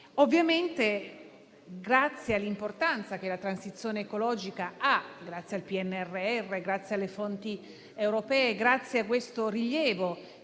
Ovviamente, grazie all'importanza che ha la transizione ecologica, grazie al PNRR, grazie ai fondi europei, grazie al rilievo